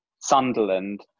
Sunderland